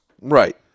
Right